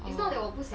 oh